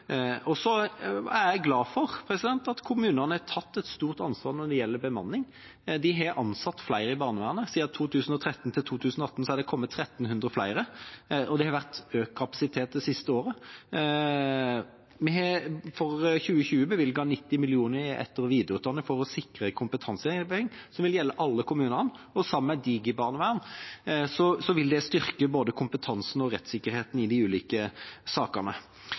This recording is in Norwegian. Så er jeg glad for at kommunene har tatt et stort ansvar når det gjelder bemanning. De har ansatt flere i barnevernet. Fra 2013 til 2018 har det kommet 1 300 flere, og det har vært økt kapasitet det siste året. Vi har for 2020 bevilget 90 mill. kr til etter- og videreutdanning for å sikre kompetanseheving som vil gjelde alle kommunene, og sammen med DigiBarnevern vil det styrke både kompetansen og rettssikkerheten i de ulike sakene.